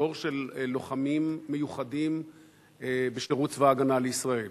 דור של לוחמים מיוחדים בשירות צבא-הגנה לישראל.